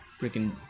freaking